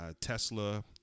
Tesla